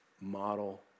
model